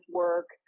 work